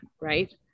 right